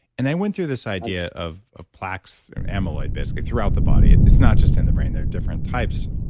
and i went through this idea of of plaques amyloid basically throughout the body. and it's not just in the brain, they're different types,